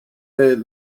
head